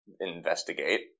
investigate